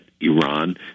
Iran